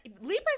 Libras